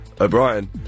O'Brien